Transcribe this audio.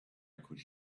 could